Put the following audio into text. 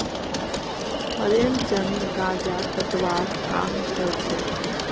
प्रेमचंद गांजा कटवार काम करछेक